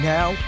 Now